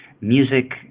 music